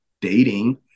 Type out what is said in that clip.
dating